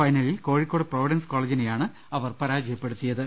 ഫൈനലിൽ കോഴിക്കോട് പ്രൊവിഡൻസ് കോളജിനെയാണ് അവർ പരാജയപ്പെടുത്തിയത്